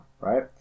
right